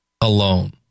alone